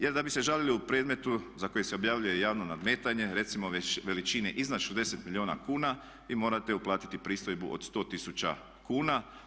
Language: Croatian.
Jer da bi se žalili u predmetu za koji se objavljuje javno nadmetanje recimo veličine iznad 60 milijuna kuna i morate uplatiti pristojbu od 100 tisuća kuna.